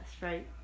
right